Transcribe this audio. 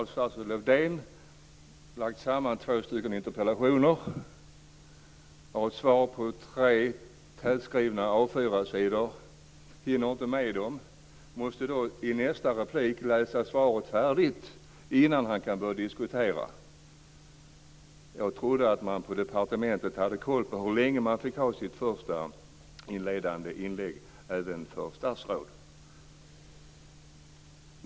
Statsrådet Lövdén svarar alltså här på två interpellationer. Svaret består av tre tättskrivna A 4-sidor som han inte hinner läsa upp. Han måste då i nästa inlägg läsa färdigt svaret innan han kan börja diskutera. Jag trodde att man på departementet visste hur långa inledande inlägg statsråden fick hålla.